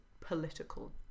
political